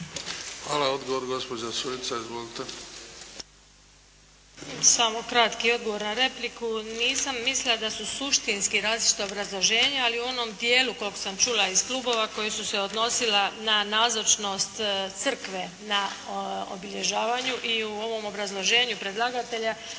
Hvala. Odgovor gospođa Šuica, izvolite. **Šuica, Dubravka (HDZ)** Samo kratki odgovor na repliku. Nisam mislila da su suštinski različita obrazloženja ali u onom dijelu koliko sam čula iz klubova koja su se odnosila na nazočnost crkve na obilježavanju i u ovom obrazloženju predlagatelja